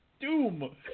doom